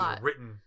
written